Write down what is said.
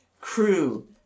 crew